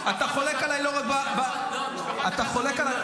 אתה חולק עליי לא רק --- משפחות החטופים נוסעות לשם.